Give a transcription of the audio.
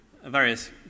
various